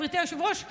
גברתי היושבת-ראש,